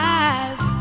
eyes